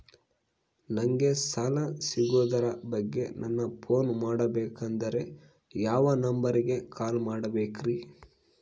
ನಂಗೆ ಸಾಲ ಸಿಗೋದರ ಬಗ್ಗೆ ನನ್ನ ಪೋನ್ ಮಾಡಬೇಕಂದರೆ ಯಾವ ನಂಬರಿಗೆ ಕಾಲ್ ಮಾಡಬೇಕ್ರಿ?